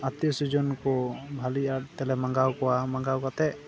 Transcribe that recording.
ᱟᱛᱛᱤᱭᱚ ᱥᱚᱡᱚᱱ ᱠᱚ ᱵᱷᱟᱞᱤ ᱵᱷᱟᱵᱽ ᱛᱮᱞᱮ ᱢᱟᱜᱟᱣ ᱠᱚᱣᱟ ᱢᱟᱜᱟᱣ ᱠᱟᱛᱮ